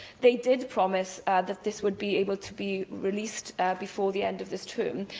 they did promise that this would be able to be released before the end of this term.